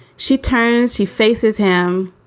she turns, she faces him.